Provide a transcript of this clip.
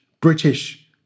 British